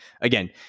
Again